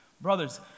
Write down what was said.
Brothers